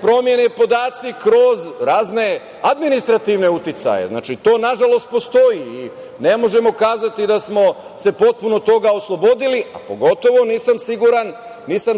promene podaci kroz razne administrativne uticaje. Znači, to nažalost postoji i ne možemo kazati da smo se potpuno toga oslobodili, a pogotovo nisam